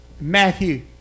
Matthew